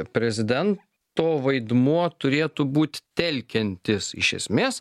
prezidento vaidmuo turėtų būt telkiantis iš esmės